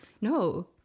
No